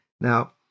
now